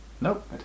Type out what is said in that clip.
Nope